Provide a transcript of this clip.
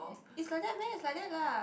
is like that meh it's like that lah